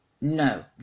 No